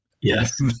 Yes